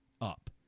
up